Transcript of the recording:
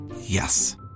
Yes